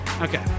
Okay